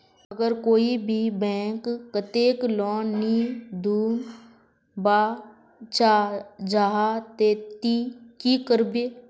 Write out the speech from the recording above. अगर कोई भी बैंक कतेक लोन नी दूध बा चाँ जाहा ते ती की करबो?